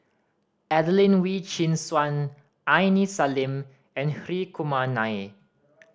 Adelene Wee Chin Suan Aini Salim and Hri Kumar Nair